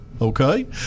okay